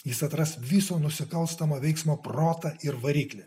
jis atras viso nusikalstamo veiksmo protą ir variklį